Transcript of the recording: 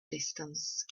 distance